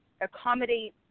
accommodate